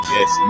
Yes